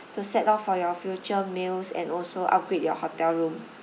to set off for your future meals and also upgrade your hotel room